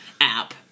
app